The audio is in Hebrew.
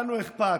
לנו אכפת.